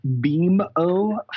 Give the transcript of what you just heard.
beam-o